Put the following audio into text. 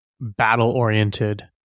battle-oriented